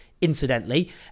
incidentally